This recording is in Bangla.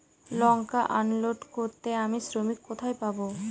লঙ্কা আনলোড করতে আমি শ্রমিক কোথায় পাবো?